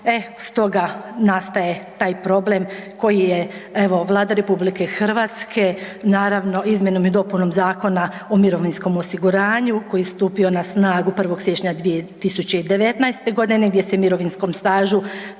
e stoga nastaje taj problem koji je evo Vlada RH naravno izmjenom i dopunom Zakona o mirovinskom osiguranju koji je stupio na snagu 1. siječnja 2019. godine gdje se mirovinskom stažu